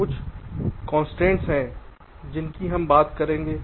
कुछ कंस्ट्रेंट्स हैं जिनकी हम बात करेंगे